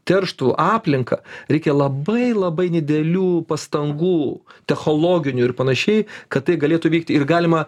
terštų aplinką reikia labai labai didelių pastangų technologinių ir panašiai kad tai galėtų vykti ir galima